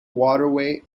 waterway